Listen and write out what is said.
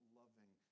loving